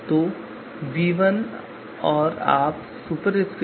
तो हम इन आभासी विकल्पों को कैसे परिभाषित करते हैं